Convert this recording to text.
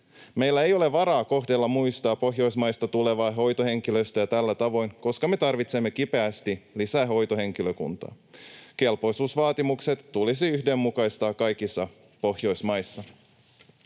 Meillä ei ole varaa kohdella muista Pohjoismaista tulevaa hoitohenkilöstöä tällä tavoin, koska me tarvitsemme kipeästi lisää hoitohenkilökuntaa. Kelpoisuusvaatimukset tulisi yhdenmukaistaa kaikissa Pohjoismaissa.